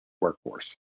workforce